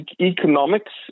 economics